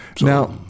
Now